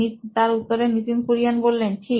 Nitin Kurian C O O নোইন electronics ঠিক